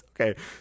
Okay